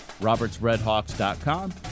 robertsredhawks.com